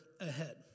ahead